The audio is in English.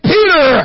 Peter